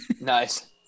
Nice